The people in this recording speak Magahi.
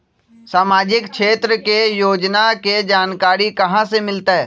सामाजिक क्षेत्र के योजना के जानकारी कहाँ से मिलतै?